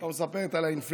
היא לא מספרת על האינפלציה,